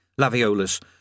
Laviolus